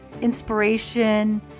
inspiration